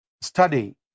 study